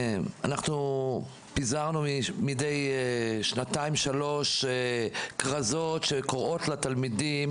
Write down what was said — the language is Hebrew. אנחנו פיזרנו מדי שנתיים-שלוש כרזות שקוראות לתלמידים